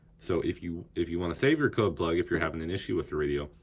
so if you if you wanna save your code plug, if you're havin' an issue with the radio,